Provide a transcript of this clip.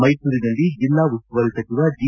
ಮೈಸೂರಿನಲ್ಲಿ ಜಿಲ್ಲಾ ಉಸ್ತುವಾರಿ ಸಚಿವ ಜಿ